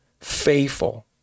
Faithful